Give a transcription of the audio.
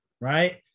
right